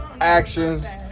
actions